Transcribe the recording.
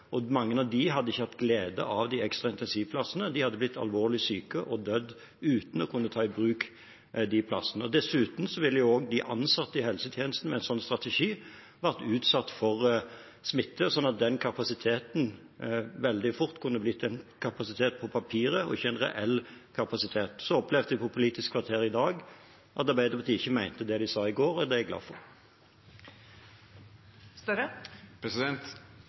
og mange av dem hadde ikke hatt glede av de ekstra intensivplassene – de hadde blitt alvorlig syke og dødd uten å kunne ta i bruk de plassene. Dessuten ville også de ansatte i helsetjenesten med en slik strategi vært utsatt for smitte, slik at den kapasiteten veldig fort kunne blitt en kapasitet på papiret og ikke en reell kapasitet. Så opplevde jeg i Politisk kvarter i dag at Arbeiderpartiet ikke mente det de sa i går – og det er jeg glad